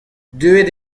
deuet